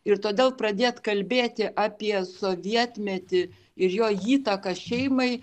ir todėl pradėt kalbėti apie sovietmetį ir jo įtaką šeimai